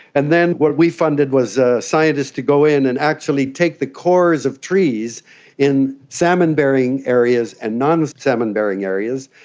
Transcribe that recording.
and then what we funded was ah scientists to go in and actually take the cores of trees in salmon bearing areas and non salmon bearing areas,